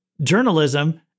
journalism